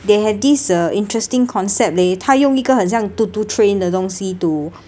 they had this uh interesting concept leh 它用一个很像 choo choo train 的东西 to